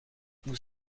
vous